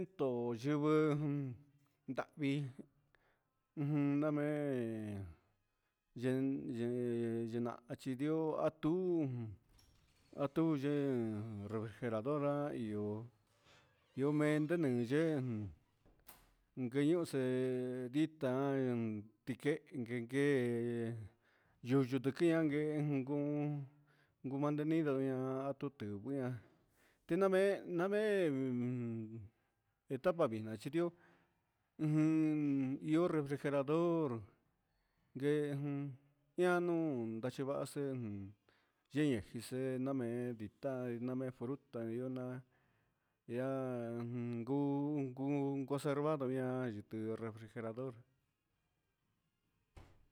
Ndiso yivɨ ndahvi na mee yee yee nahan chi ndioo a tuu a tu yee refrigerar iyo iyo mente nde yee guiose ndita tiguee yutun tundiha guee gun gun mantenido ian a tu tee ndia tina mee gia etapa vina chi ndioo io refrigerador guee ia nuun nachi vaha sɨɨn yehin sii na mee ndita namee fruta ia guu conservado ñian refrigerador